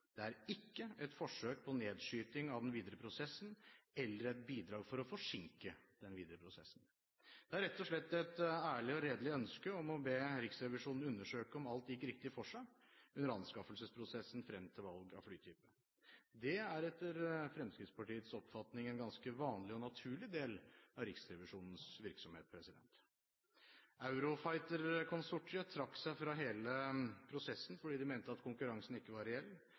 det er ikke et forsøk på nedskyting av den videre prosessen eller et bidrag for å forsinke den videre prosessen. Det er rett og slett et ærlig og redelig ønske om å be Riksrevisjonen undersøke om alt gikk riktig for seg under anskaffelsesprosessen frem til valg av flytype. Det er etter Fremskrittspartiets oppfatning en ganske vanlig og naturlig del av Riksrevisjonens virksomhet. Eurofighterkonsortiet trakk seg fra hele prosessen fordi de mente at konkurransen ikke var reell.